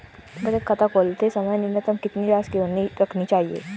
बचत खाता खोलते समय न्यूनतम कितनी राशि रखनी चाहिए?